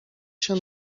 się